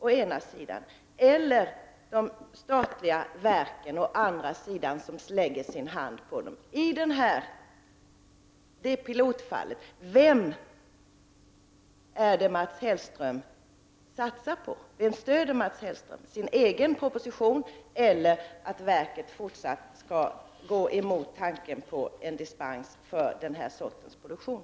Å andra sidan lägger de statliga verken sin hand på dem. Vem satsar Mats Hellström på i det här pilotfallet? Stöder Mats Hell ström sin egen proposition eller anser han att verket även i fortsättningen skall gå emot tanken på en dispens för den här sortens produktion?